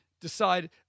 Decide